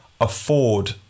afford